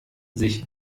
sich